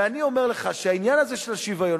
ואני אומר לך שהעניין הזה של השוויון,